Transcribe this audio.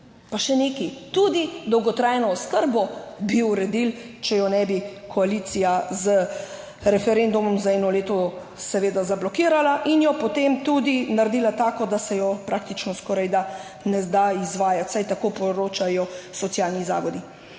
Pa še nekaj, tudi dolgotrajno oskrbo bi uredili, če je ne bi koalicija z referendumom za eno leto seveda zablokirala in jo potem tudi naredila tako, da se je praktično skorajda ne da izvajati, vsaj tako poročajo socialni zavodi.